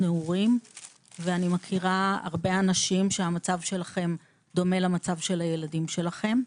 נעורים ואני מכירה הרבה אנשים שהמצב שלהם דומה למצב של הילדים שלכם.